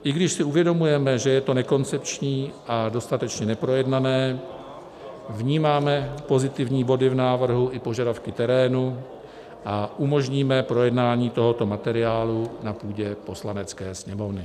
I když si uvědomujeme, že je to nekoncepční a dostatečně neprojednané, vnímáme pozitivní body v návrhu i požadavky terénu a umožníme projednání tohoto materiálu na půdě Poslanecké sněmovny.